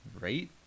Right